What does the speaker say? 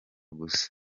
gusa